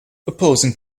opposing